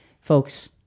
folks